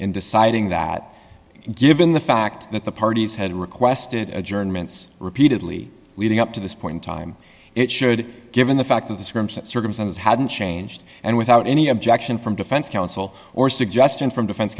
in deciding that given the fact that the parties had requested adjournments repeatedly leading up to this point in time it should given the fact that the scrims circumstances hadn't changed and without any objection from defense counsel or suggestion from defense